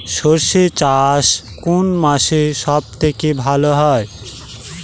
সর্ষে চাষ কোন মাসে সব থেকে ভালো হয়?